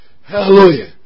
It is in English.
Hallelujah